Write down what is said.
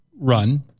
run